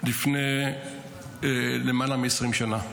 לפני למעלה מ-20 שנה,